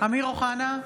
אמיר אוחנה,